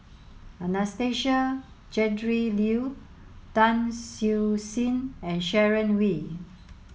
Anastasia Tjendri Liew Tan Siew Sin and Sharon Wee